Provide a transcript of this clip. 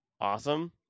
awesome